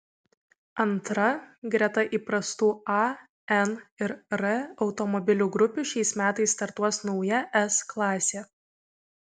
antra greta įprastų a n ir r automobilių grupių šiais metais startuos nauja s klasė